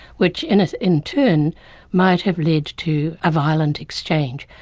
which in ah in turn might have led to a violent exchange.